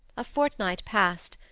a fortnight passed,